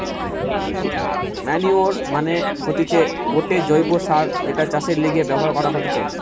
manure মানে হতিছে গটে জৈব্য সার যেটা চাষের লিগে ব্যবহার করা হতিছে